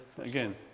again